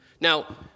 Now